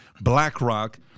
BlackRock